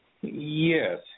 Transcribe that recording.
Yes